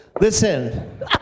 Listen